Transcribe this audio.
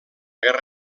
guerra